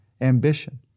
ambition